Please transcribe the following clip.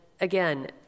again